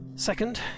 Second